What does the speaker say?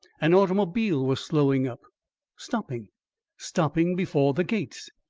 an automobile was slowing up stopping stopping before the gates!